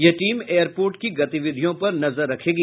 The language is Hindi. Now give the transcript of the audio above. यह टीम एयरपोर्ट की गतिविधियों पर नजर रखेगी